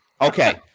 Okay